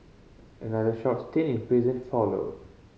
another short stint in prison followed